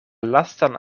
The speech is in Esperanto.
lastan